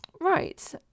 right